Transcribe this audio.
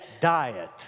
diet